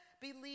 believe